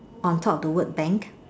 on top of the word bank